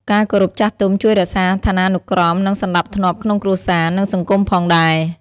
ការគោរពចាស់ទុំជួយរក្សាឋានានុក្រម និងសណ្តាប់ធ្នាប់ក្នុងគ្រួសារ និងសង្គមផងដែរ។